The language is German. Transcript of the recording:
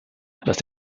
was